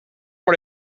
por